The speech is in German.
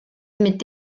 mit